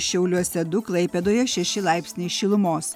šiauliuose du klaipėdoje šeši laipsniai šilumos